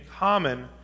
Common